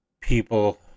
people